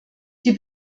die